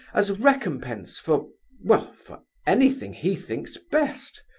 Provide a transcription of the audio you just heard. as recompense for well, for anything he thinks best.